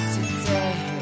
Today